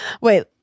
wait